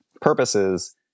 purposes